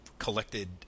collected